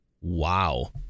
Wow